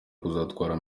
kuzatwara